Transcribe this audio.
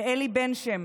לאלי בן שם,